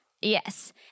Yes